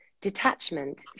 detachment